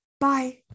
Bye